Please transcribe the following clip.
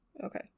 Okay